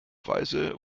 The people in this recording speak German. weise